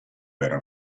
era